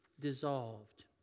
dissolved